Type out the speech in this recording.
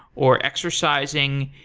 or exercising.